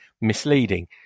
misleading